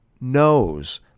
knows